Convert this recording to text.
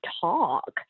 talk